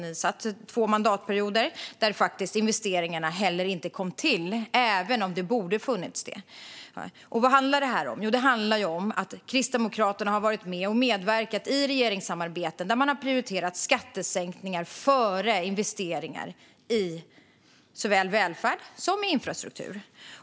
Ni satt i två mandatperioder, och då gjordes faktiskt inte heller några investeringar - trots att de borde ha gjorts. Vad handlar det här om? Jo, det handlar om att Kristdemokraterna har varit med och medverkat i regeringssamarbeten där man har prioriterat skattesänkningar framför investeringar i såväl välfärd som infrastruktur.